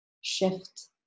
shift